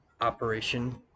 Operation